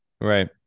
Right